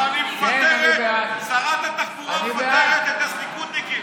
אבל שרת התחבורה מפטרת את הליכודניקים.